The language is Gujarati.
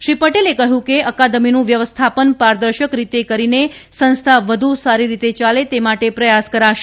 શ્રી પટેલે કહ્યું કે અકાદમીનું વ્યવસ્થાપન પારદર્શક રીતે કરીને સંસ્થા વધુ સારી રીતે યાલે તે માટે પ્રયાસ કરાશે